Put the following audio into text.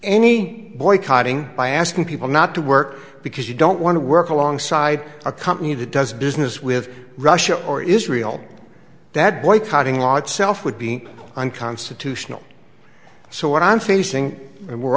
any boycotting by asking people not to work because you don't want to work alongside a company that does business with russia or israel that boycotting law itself would be unconstitutional so what i'm facing and we're